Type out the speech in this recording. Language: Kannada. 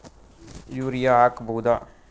ಯೂರಿಯ ಹಾಕ್ ಬಹುದ?